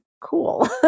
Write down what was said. cool